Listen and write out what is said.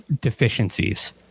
deficiencies